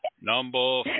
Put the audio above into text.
Number